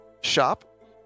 shop